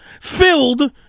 filled